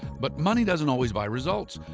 but money doesn't always buy results.